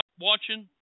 watching